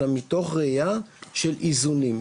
אלא מתוך ראייה של איזונים.